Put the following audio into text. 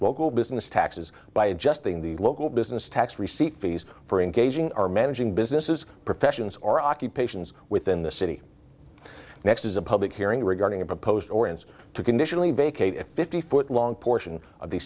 local business taxes by adjusting the local business tax receipt fees for engaging our managing businesses professions or occupations within the city next as a public hearing regarding a proposed or answer to conditionally vacate a fifty foot long portion of the